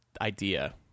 idea